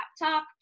laptop